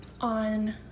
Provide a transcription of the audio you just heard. on